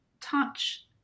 touch